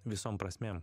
visom prasmėm